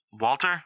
Walter